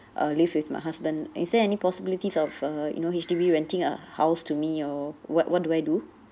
uh live with my husband is there any possibilities of uh you know H_D_B renting a house to me or what what do I do